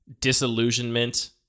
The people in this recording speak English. disillusionment